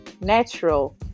natural